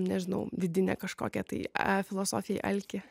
nežinau vidinę kažkokią tai a filosofijai alkį